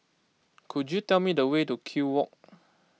could you tell me the way to Kew Walk